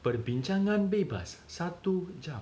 perbincangan bebas satu jam